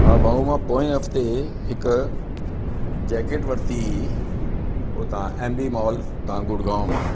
हा भाउ मां पोएं हफ़्ते हिकु जैकेट वरिती उतां एम बी मॉल ता गुड़गांव मां